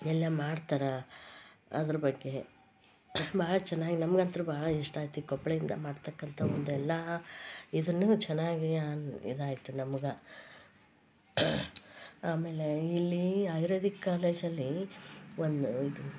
ಎಲ್ಲ ಮಾಡ್ತಾರೆ ಅದ್ರ ಬಗ್ಗೆ ಭಾಳ ಚೆನ್ನಾಗ್ ನಮ್ಗಂತೂ ಭಾಳ ಇಷ್ಟ ಆಯ್ತು ಈ ಕೊಪ್ಪಳದಿಂದ ಮಾಡ್ತಕ್ಕಂಥ ಒಂದು ಎಲ್ಲ ಇದನ್ನೂ ಚೆನ್ನಾಗಿ ಆನ್ ಇದಾಯಿತು ನಮ್ಗೆ ಆಮೇಲೆ ಇಲ್ಲೀ ಆಯುರ್ವೇದಿಕ್ ಕಾಲೇಜಲ್ಲಿ ಒನ್ ಇದು